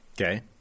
Okay